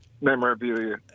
memorabilia